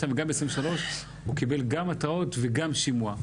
וגם ב-2023 הוא קיבל גם התראות וגם שימוע.